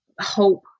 hope